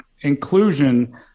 Inclusion